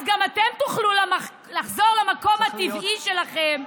גם אתם תוכלו לחזור למקום הטבעי שלכם,